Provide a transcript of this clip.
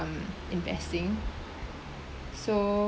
um investing so